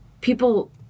people –